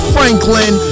Franklin